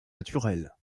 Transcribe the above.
naturels